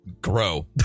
grow